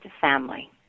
family